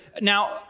now